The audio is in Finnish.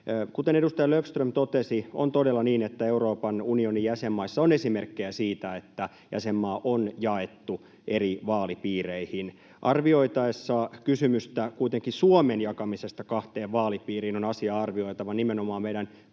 Kuten edustaja Löfström totesi, on todella niin, että Euroopan unionin jäsenmaissa on esimerkkejä siitä, että jäsenmaa on jaettu eri vaalipiireihin. Arvioitaessa kuitenkin kysymystä Suomen jakamisesta kahteen vaalipiiriin on asiaa arvioitava nimenomaan meidän